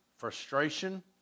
frustration